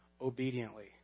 obediently